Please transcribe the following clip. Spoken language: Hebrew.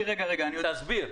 תסביר.